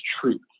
truth